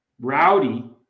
Rowdy